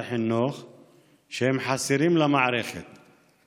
שחסרים במערכת החינוך.